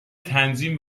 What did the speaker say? تنظیم